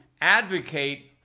advocate